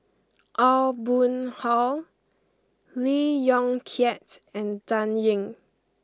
Aw Boon Haw Lee Yong Kiat and Dan Ying